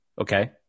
Okay